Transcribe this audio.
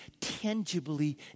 tangibly